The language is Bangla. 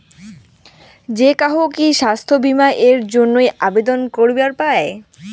যে কাহো কি স্বাস্থ্য বীমা এর জইন্যে আবেদন করিবার পায়?